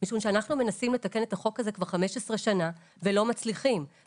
משום שאנחנו מנסים לתקן את החוק הזה כבר 15 שנה ולא מצליחים.